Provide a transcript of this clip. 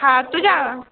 हा तुझ्या